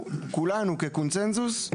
כולנו כקונצנזוס,